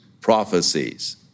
prophecies